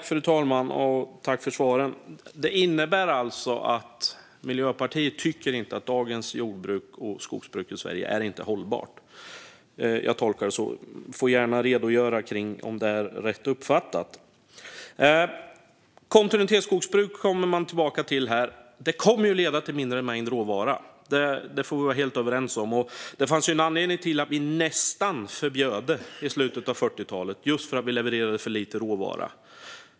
Fru talman! Jag tackar Emma Nohrén för svaren. Innebär detta alltså att Miljöpartiet inte tycker att dagens jordbruk och skogsbruk i Sverige är hållbart? Jag tolkar det så; Emma Nohrén får gärna redogöra för om det är rätt uppfattat. Vi kommer tillbaka till kontinuitetsskogsbruk. Det kommer att leda till en mindre mängd råvara; det får vi vara helt överens om. Det fanns ju en anledning till att det nästan förbjöds i slutet av 40-talet - det levererade för lite råvara.